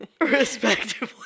Respectively